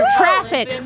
traffic